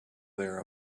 there